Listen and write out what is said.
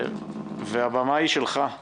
שי רינסקי,